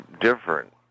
different